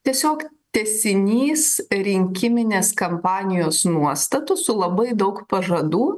tiesiog tęsinys rinkiminės kampanijos nuostatų su labai daug pažadų